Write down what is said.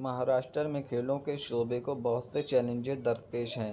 مہاراشٹرمیں کھیلوں کے شعبے کو بہت سے چیلنجز در پیش ہیں